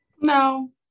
No